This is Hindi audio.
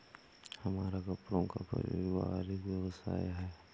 हमारा कपड़ों का पारिवारिक व्यवसाय है